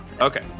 okay